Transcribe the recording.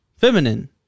feminine